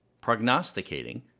prognosticating